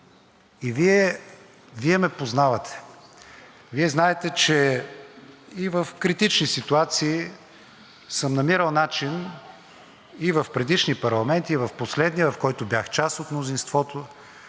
Вие ме познавате. Вие знаете, че и в критични ситуации и в предишни парламенти, и в последния, в който бях част от мнозинството,